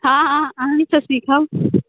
हँ हँ अहिसँ सीखब